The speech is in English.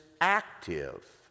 active